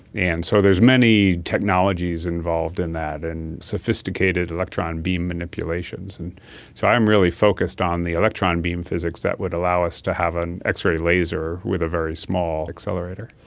and so there's many technologies involved in that and sophisticated electron beam manipulations. and so i'm really focused on the electron beam physics physics that would allow us to have an x-ray laser with a very small accelerator.